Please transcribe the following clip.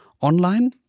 online